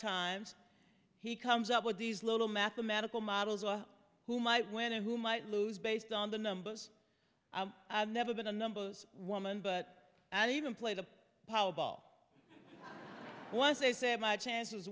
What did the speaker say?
times he comes up with these little mathematical models who might win and who might lose based on the numbers never been a number of women but i even played a powerball once they said my chance